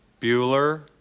Bueller